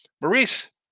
Maurice